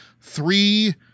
three